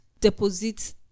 deposit